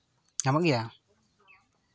ᱧᱟᱢᱚᱜ ᱜᱮᱭᱟ